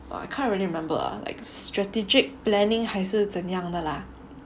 !wah! I can't really remember ah like strategic planning 还是怎样的 lah